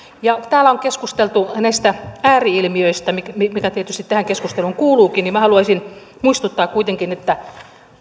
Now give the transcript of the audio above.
täällä on keskusteltu näistä ääri ilmiöistä mikä mikä tietysti tähän keskusteluun kuuluukin mutta minä haluaisin muistuttaa kuitenkin että